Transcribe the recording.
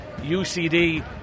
UCD